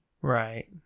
Right